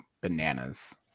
bananas